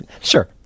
Sure